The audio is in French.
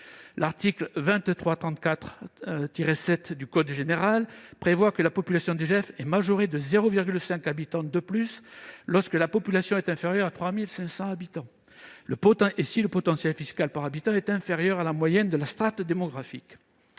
L'article L. 2334-7 du même code prévoit que la population DGF est majorée de 0,5 habitant par résidence secondaire lorsque la population est inférieure à 3 500 habitants, lorsque le potentiel fiscal par habitant est inférieur à la moyenne de la strate démographique